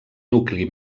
nucli